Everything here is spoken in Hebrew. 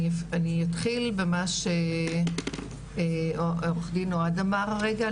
אני יתחיל במה שעו"ד אוהד אמר הרגע,